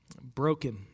broken